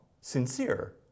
sincere